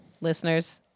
listeners